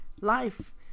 Life